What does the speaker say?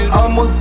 I'ma